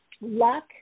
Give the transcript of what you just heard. luck